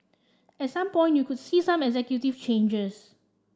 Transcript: at some point you could see some executive changes